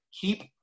Keep